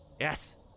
yes